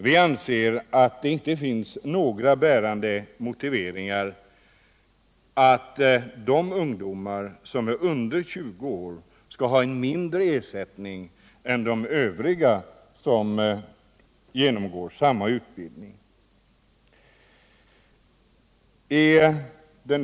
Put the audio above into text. Vi anser att det inte finns någon bärande motivering för att de ungdomar som är under 20 år skall ha en mindre ersättning än övriga som 170 genomgår samma utbildning.